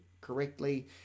correctly